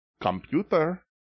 Computer